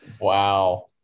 Wow